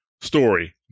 Story